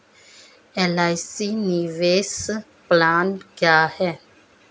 LIC निवेश plan क्या है?